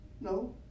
No